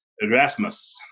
Erasmus